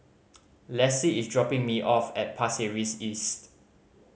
Lassie is dropping me off at Pasir Ris East